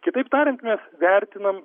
kitaip tariant mes vertinam